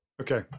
Okay